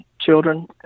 children